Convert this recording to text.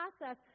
process